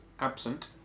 absent